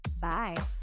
Bye